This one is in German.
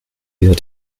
dieser